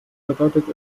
bedeutet